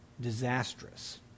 disastrous